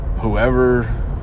whoever